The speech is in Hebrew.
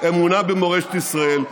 אמונה במורשת ישראל,